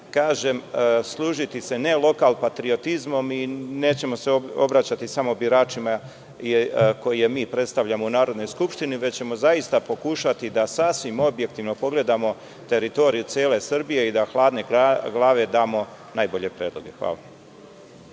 amandmane, služiti se ne lokal patriotizmom i nećemo se obraćati samo biračima koje mi predstavljamo u Narodnoj skupštini, već ćemo zaista pokušati da sasvim objektivno pogledamo teritoriju cele Srbije i da hladne glave damo najbolje predloge. Hvala.